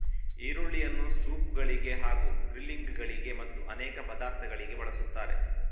ಈರುಳ್ಳಿಯನ್ನು ಸೂಪ್ ಗಳಿಗೆ ಹಾಗೂ ಗ್ರಿಲ್ಲಿಂಗ್ ಗಳಿಗೆ ಮತ್ತು ಅನೇಕ ಪದಾರ್ಥಗಳಿಗೆ ಬಳಸುತ್ತಾರೆ